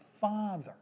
Father